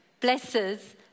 blesses